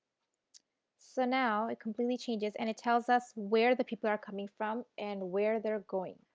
so now it completely changes and it tells us where the people are coming from and where they are going.